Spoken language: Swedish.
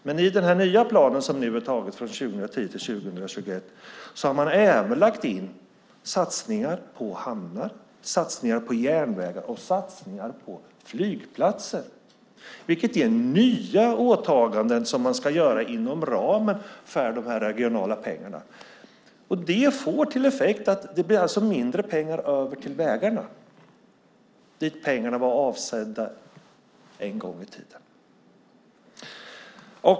Men i den nya plan som nu är antagen för 2010-2021 har man även lagt in satsningar på hamnar, satsningar på järnvägar och satsningar på flygplatser, vilket ger nya åtaganden som man ska göra inom ramen för de regionala pengarna. Det får till effekt att det blir mindre pengar över till vägarna, för vilka pengarna var avsedda en gång i tiden.